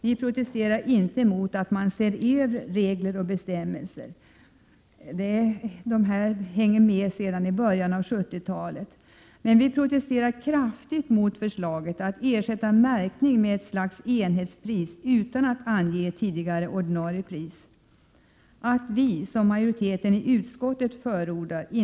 Vi protesterar inte mot att man ser över regler och bestämmelser — de här hänger med sedan i början av 70-talet — men vi protesterar kraftigt mot förslaget att ersätta märkningen med ett slags enhetspris utan att ange tidigare ordinarie pris. Att riksdagen, som majoriteten i utskottet förordar, inte nu skall yttra sig Prot.